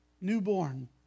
newborn